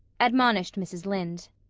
admonished mrs. lynde.